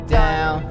down